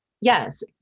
yes